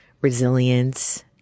resilience